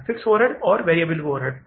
fixed overheads और variable overheads